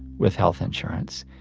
with health insurance,